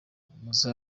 muze